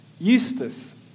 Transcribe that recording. Eustace